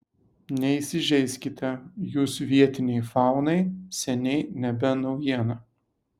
neįsižeiskite jūs vietinei faunai seniai nebe naujiena